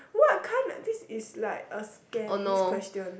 what kinda this is like a scam this question